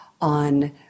on